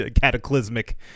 cataclysmic